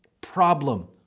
problem